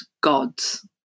gods